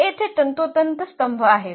हे येथे तंतोतंत स्तंभ आहेत